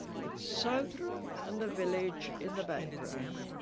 with southrop and the village in the background